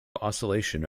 oscillation